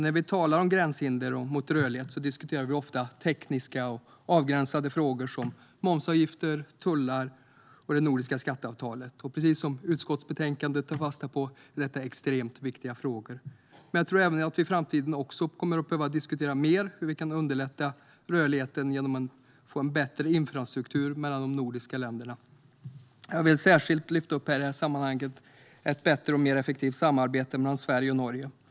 När vi talar om gränshinder mot rörlighet diskuterar vi ofta tekniska och avgränsade frågor såsom momsavgifter, tullar och det nordiska skatteavtalet. Precis som utskottsbetänkandet tar fasta på är detta extremt viktiga frågor. Men jag tror att vi i framtiden även kommer att behöva diskutera mer hur vi kan underlätta rörligheten genom en bättre infrastruktur mellan de nordiska länderna. I detta sammanhang vill jag särskilt lyfta upp ett bättre och mer effektivt samarbete mellan Sverige och Norge.